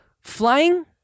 Flying